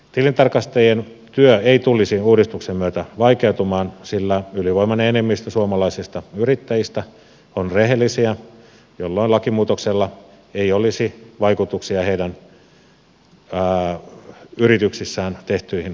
tilintarkastajien työ ei tulisi uudistuksen myötä vaikeutumaan sillä ylivoimainen enemmistö suomalaisista yrittäjistä on rehellisiä jolloin lakimuutoksella ei olisi vaikutuksia heidän yrityksissään tehtyihin tilintarkastuksiin